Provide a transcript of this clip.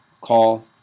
call